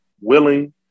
willing